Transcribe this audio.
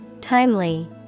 Timely